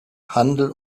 handel